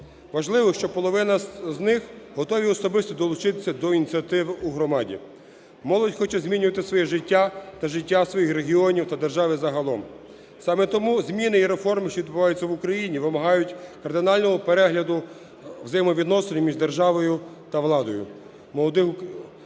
Важливо, що половина з них готові особисто долучитись до ініціатив у громаді. Молодь хоче змінювати своє життя та життя своїх регіонів та держави загалом. Саме тому зміни і реформи, що відбуваються в Україні, вимагають кардинального перегляду взаємовідносин між державою та владою.